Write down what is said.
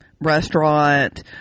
restaurant